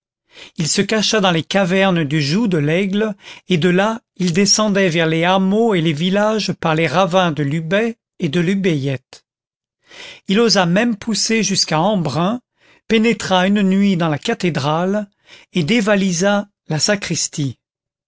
il se cacha dans les cavernes du joug de laigle et de là il descendait vers les hameaux et les villages par les ravins de l'ubaye et de l'ubayette il osa même pousser jusqu'à embrun pénétra une nuit dans la cathédrale et dévalisa la sacristie